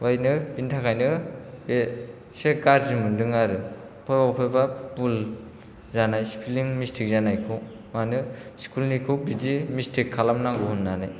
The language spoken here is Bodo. ओमफ्रायनो बिनि थाखायनो बे एसे गाज्रि मोन्दों आरो बबेबा बबेबा भुल जानाय स्पेलिं मिस्टेक जानायखौ मानो स्कुल निखौ बिदि मिस्टेक खालामनांगौ होननानै